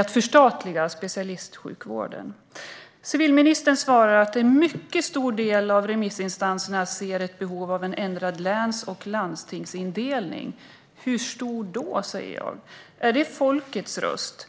att förstatliga specialistsjukvården. Civilministern svarar att en mycket stor del av remissinstanserna ser ett behov av en ändrad läns och landstingsindelning. Hur stor då? säger jag. Är det folkets röst?